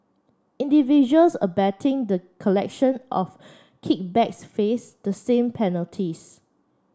individuals abetting the collection of kickbacks face the same penalties